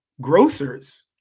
grocers